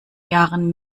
jahren